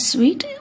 Sweet